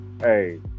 hey